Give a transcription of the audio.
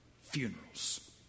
funerals